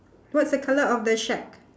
what's the colour of the shack